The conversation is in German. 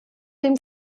dem